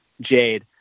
Jade